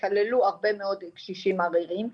יכללו הרבה מאוד קשישים עריריים.